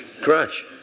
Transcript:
crash